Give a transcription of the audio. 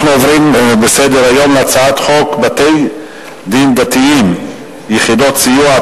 אנחנו עוברים להצעת חוק בתי-דין דתיים (יחידות סיוע),